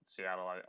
Seattle